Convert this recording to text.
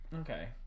Okay